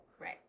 right